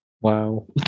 Wow